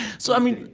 so, i mean